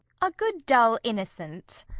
a good dull innocent.